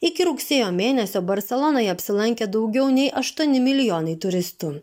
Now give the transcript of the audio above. iki rugsėjo mėnesio barselonoj apsilankė daugiau nei aštuoni milijonai turistų